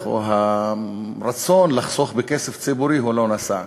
או הרצון לחסוך בכסף ציבורי הוא לא נסע.